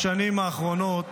הנתונים מעוררים